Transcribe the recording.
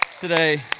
today